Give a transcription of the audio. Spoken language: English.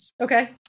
okay